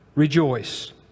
Rejoice